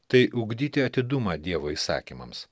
tai ugdyti atidumą dievo įsakymams